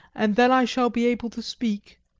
and then i shall be able to speak.